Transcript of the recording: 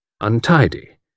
untidy